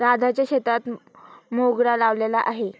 राधाच्या शेतात मोगरा लावलेला आहे